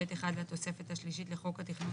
ב') 1 לתוספת השלישית לחוק התכנון